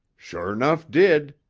sure nough did!